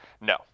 no